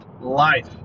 Life